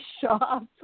shop